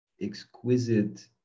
exquisite